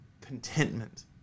contentment